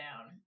down